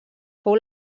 fou